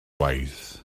waith